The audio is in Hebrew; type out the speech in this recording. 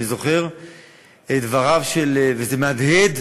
אני זוכר את דבריו, וזה מהדהד